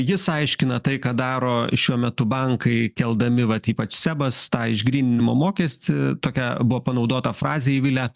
jis aiškina tai ką daro šiuo metu bankai keldami vat ypač sebas tą išgryninimo mokestį tokia buvo panaudota frazė eivile